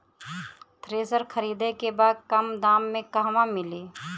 Thresher खरीदे के बा कम दाम में कहवा मिली?